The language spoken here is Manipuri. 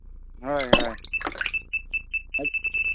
ꯍꯣꯏ ꯍꯣꯏ ꯑꯩ